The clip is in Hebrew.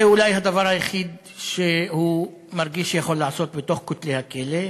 זה אולי הדבר היחיד שהוא מרגיש שהוא יכול לעשות בין כותלי הכלא,